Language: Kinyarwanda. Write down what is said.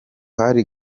hari